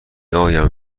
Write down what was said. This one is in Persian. آیم